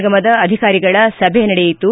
ನಿಗಮದ ಅಧಿಕಾರಿಗಳ ಸಭೆ ನಡೆಯಿತು